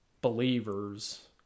believers